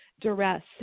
Duress